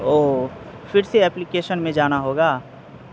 او پھر سے اپلیکیشن میں جانا ہوگا